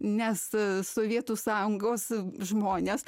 nes sovietų sąjungos žmonės